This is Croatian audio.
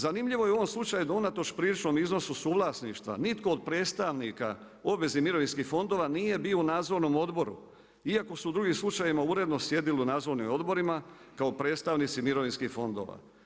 Zanimljivo je u ovom slučaju, da unatoč priličnom iznosu suvlasništva, nitko od predstavnika obveznih mirovinskih fondova nije bio u nadzornom odboru, iako su u drugima slučajevima uredno sjedili u nadzornim odborima, kao predstavnici mirovinskih fondova.